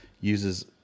uses